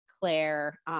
Claire